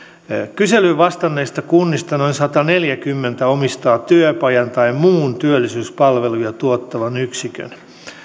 kyselyyn vastanneista kunnista noin sataneljäkymmentä omistaa työpajan tai muun työllisyyspalveluja tuottavan yksikön